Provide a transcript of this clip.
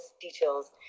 details